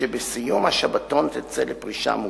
ובסיום השבתון תצא לפרישה מוקדמת.